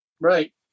Right